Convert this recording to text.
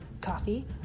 Coffee